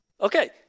Okay